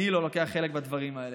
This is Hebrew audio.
אני לא לוקח חלק בדברים האלה.